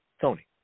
Tony